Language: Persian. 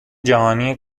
جهانی